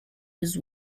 his